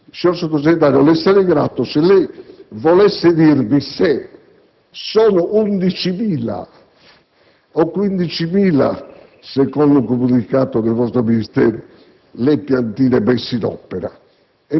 (signor Sottosegretario, le sarei grato se lei volesse dirmi se sono 11.000 o 15.000 - secondo un comunicato del vostro Ministero - le piantine messe in opera;